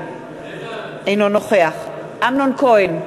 אינו נוכח אמנון כהן,